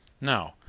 now,